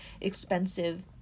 expensive